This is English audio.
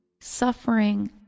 suffering